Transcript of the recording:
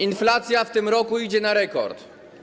Inflacja w tym roku idzie na rekord.